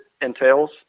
entails